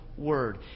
word